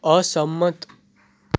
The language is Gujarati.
અસંમત